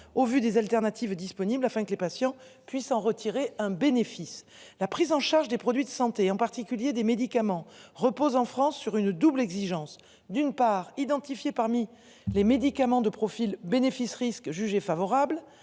au vu des alternatives disponibles afin que les patients. Puisse en retirer un bénéfice. La prise en charge des produits de santé, en particulier des médicaments repose en France sur une double exigence d'une part identifié parmi les médicaments de profil bénéfice-risque jugé favorable